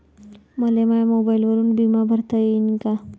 मले माया मोबाईलवरून बिमा भरता येईन का?